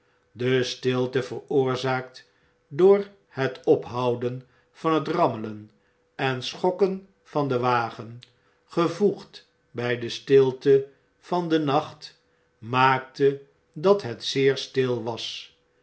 de stilte veroorzaakt door het ophouden van het rammelen en schokken van den wagen gevoegd bij de stilte van den nacht maakte dat het zeer stil was